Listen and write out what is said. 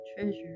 treasure